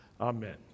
Amen